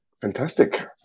fantastic